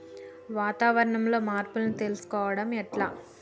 వాతావరణంలో మార్పులను తెలుసుకోవడం ఎట్ల?